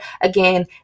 again